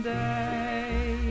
day